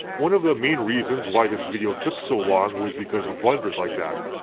one of the main reasons why this video took so long was because of blunders like that.